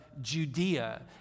Judea